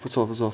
不错不错